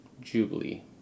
Jubilee